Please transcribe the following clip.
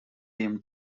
him